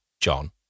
John